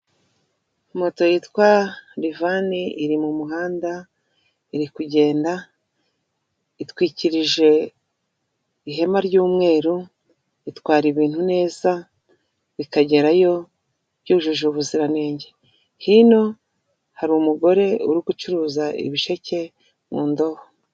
Moto yitwa riifani iri mu muhanda iri kugenda, itwikirije ihema ry'umweru, itwara ibintu neza bikagerayo byujuje ubuziranenge hino hari umugore uri gucuruza ibisheke mu ndobo.